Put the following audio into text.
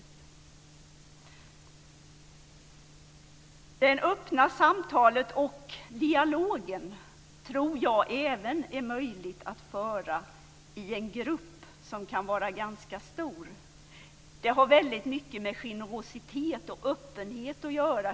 Jag tror att är möjligt att föra det öppna samtalet och dialogen även i en ganska stor grupp. Hur man möter den studentgrupp som sitter framför en har väldigt mycket med öppenhet och generositet att göra.